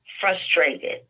frustrated